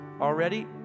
already